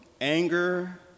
anger